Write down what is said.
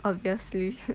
obviously